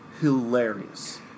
hilarious